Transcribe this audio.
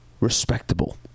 respectable